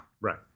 Right